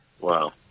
Wow